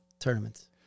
tournaments